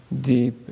Deep